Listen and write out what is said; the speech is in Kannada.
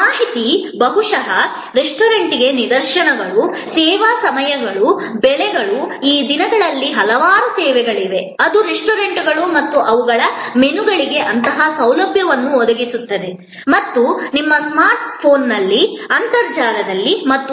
ಮಾಹಿತಿ ಬಹುಶಃ ರೆಸ್ಟೋರೆಂಟ್ಗೆ ನಿರ್ದೇಶನಗಳು ಸೇವಾ ಸಮಯಗಳು ಬೆಲೆಗಳು ಈ ದಿನಗಳಲ್ಲಿ ಹಲವಾರು ಸೇವೆಗಳಿವೆ ಅದು ರೆಸ್ಟೋರೆಂಟ್ಗಳು ಮತ್ತು ಅವುಗಳ ಮೆನುಗಳಿಗೆ ನಿಮ್ಮ ಸ್ಮಾರ್ಟ್ ಫೋನ್ನಲ್ಲಿ ಅಂತರ್ಜಾಲದಲ್ಲಿ ಅಂತಹ ಸೌಲಭ್ಯವನ್ನು ಒದಗಿಸುತ್ತದೆ